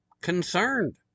concerned